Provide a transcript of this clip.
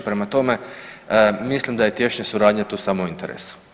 Prema tome, mislim da je tješnja suradnja tu samo u interesu.